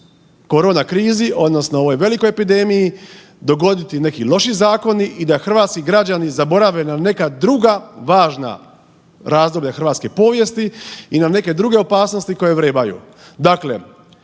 korona krizi odnosno ovoj velikoj epidemiji dogoditi neki loši zakoni i da hrvatski građani zaborave na neka druga važna razdoblja hrvatske povijesti i na neke druge opasnosti koje vrebaju. Dakle,